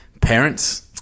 parents